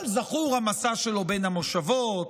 אבל זכור המסע שלו בין המושבות,